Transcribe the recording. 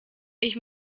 ich